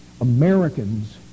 Americans